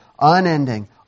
unending